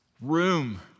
room